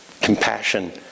compassion